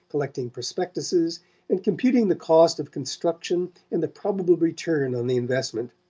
collecting prospectuses and computing the cost of construction and the probable return on the investment.